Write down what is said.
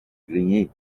grigny